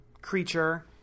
creature